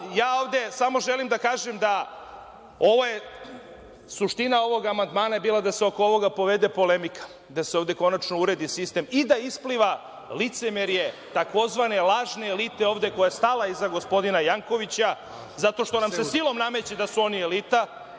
suludo. Ovde samo želim da kažem da je suština ovog amandmana bila da se oko ovoga povede polemika, da se ovde konačno uredi sistem i da ispliva licemerje tzv. lažne elite ovde koja je stala ovde iza gospodina Jankovića zato što nam se silom nameće da su oni elita